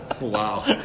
wow